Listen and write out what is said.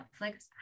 Netflix